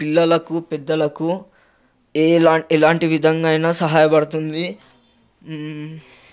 పిల్లలకు పెద్దలకు ఎలా ఎలాంటి విధంగానైనా సహాయపడుతుంది